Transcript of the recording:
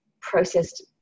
processed